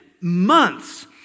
months